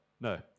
No